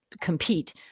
compete